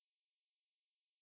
can fly